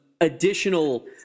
additional